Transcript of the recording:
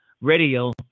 radio